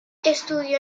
estudió